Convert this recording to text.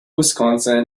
wisconsin